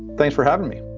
thanks for having me